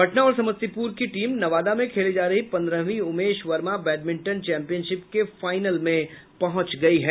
पटना और समस्तीपुर की टीम नवादा में खेली जा रही पंद्रहवीं उमेश वर्मा बैडमिंटन चैंपियनशिप के फाइनल में पहुंच गयी हैं